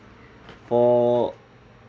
for